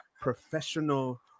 professional